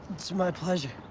it's my pleasure.